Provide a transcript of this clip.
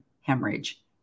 hemorrhage